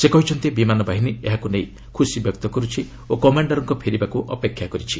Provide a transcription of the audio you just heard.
ସେ କହିଛନ୍ତି ବିମାନ ବାହିନୀ ଏହାକୁ ନେଇ ଖୁସି ବ୍ୟକ୍ତ କରୁଛି ଓ କମାଣ୍ଡର୍କ ଫେରିବାକୁ ଅପେକ୍ଷା କରିଛି